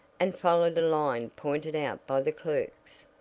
and followed a line pointed out by the clerks.